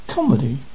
Comedy